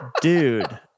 dude